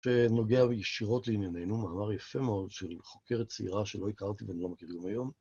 שנוגע ישירות לעניינינו, מאמר יפה מאוד של חוקרת צעירה שלא הכרתי, ואני לא מכיר גם היום.